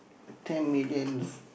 ten million